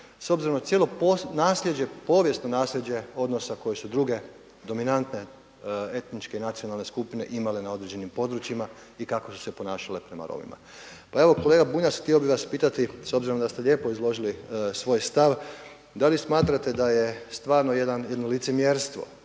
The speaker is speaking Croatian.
S obzirom na cijelo nasljeđe, povijesno nasljeđe odnosa koje su druge dominantne etničke i nacionalne skupine imale na određenim područjima i kako su se ponašale prema Romima. Pa evo, kolega Bunjac htio bih vas pitati s obzirom da ste lijepo izložili svoj stav da li smatrate da je stvarno jedno licemjerstvo